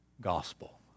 gospel